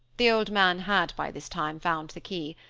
the old man had, by this time, found the key.